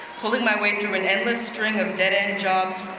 pulling my way through an endless string of dead-end jobs,